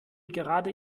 gerade